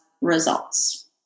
results